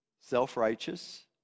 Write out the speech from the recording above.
self-righteous